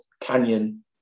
Canyon